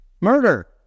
murder